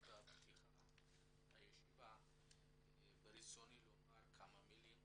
בפתיחת הישיבה ברצוני לומר כמה מילים